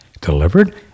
delivered